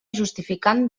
justificant